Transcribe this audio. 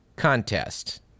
Contest